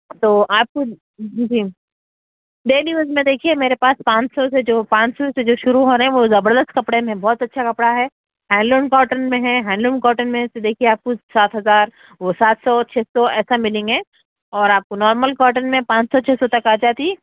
تو آپ کو جی ڈیلی یوز میں دیکھیے میرے پاس پانچ سو سے جو پانچ سو سے جو شروع ہو رہے ہیں وہ زبردست کپڑے ہیں میم بہت اچھا کپڑا ہے ہینڈ لوم کاٹن میں ہے ہینڈ لوم کاٹن میں ہے سو دیکھیے آپ کو سات ہزار وہ سات سو چھ سو ایسا ملیں گے اور آپ کو نارمل کاٹن میں پانچ سو چھ سو تک آ جاتی